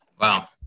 Wow